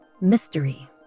mystery